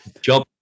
job